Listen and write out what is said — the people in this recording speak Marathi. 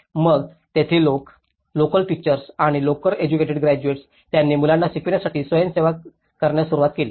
तर मग येथे लोक लोकल टीचर्स किंवा लोकल एडुकेटेड ग्रॅड्युएट्स त्यांनी मुलांना शिकवण्यासाठी स्वयंसेवा करण्यास सुरुवात केली